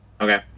Okay